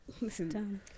Listen